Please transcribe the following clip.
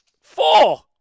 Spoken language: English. four